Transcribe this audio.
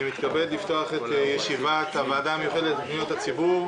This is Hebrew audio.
אני מתכבד לפתוח את ישיבת הוועדה המיוחדת לפניות הציבור.